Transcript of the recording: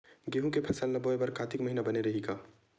गेहूं के फसल ल बोय बर कातिक महिना बने रहि का?